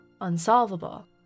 unsolvable